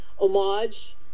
homage